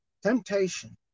Temptation